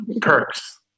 perks